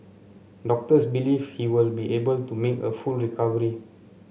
doctors believe he will be able to make a full recovery